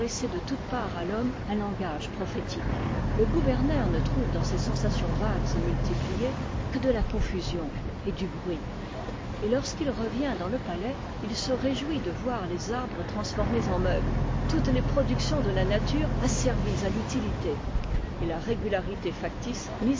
de toutes parts à l'homme un langage prophétique le gouverneur ne trouve dans ces sensations vagues et multipliées que de la confusion et du bruit et lorsqu'il revient dans le patais il se réjouit de voir les arbres transformés en meubles toutes tes productions de la nature asservies à l'utilité et la régularité factice